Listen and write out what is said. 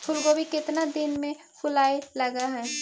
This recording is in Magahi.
फुलगोभी केतना दिन में फुलाइ लग है?